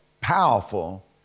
powerful